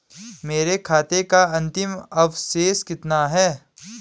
मेरे खाते का अंतिम अवशेष कितना है?